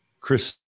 Chris